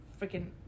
freaking